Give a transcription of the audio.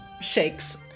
shakes